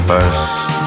First